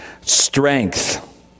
strength